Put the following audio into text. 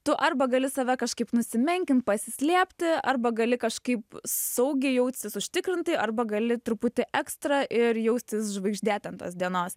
tu arba gali save kažkaip nusimenkint pasislėpti arba gali kažkaip saugiai jaustis užtikrintai arba gali truputį ekstra ir jaustis žvaigždė ten tos dienos